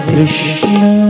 Krishna